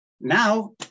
now